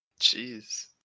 Jeez